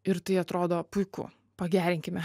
ir tai atrodo puiku pagerinkime